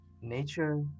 Nature